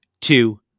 two